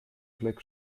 blick